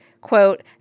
quote